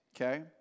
Okay